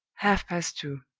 half-past two!